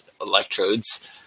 electrodes